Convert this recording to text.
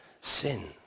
sin